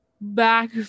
back